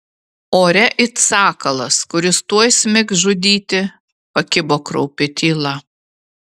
ore it sakalas kuris tuoj smigs žudyti pakibo kraupi tyla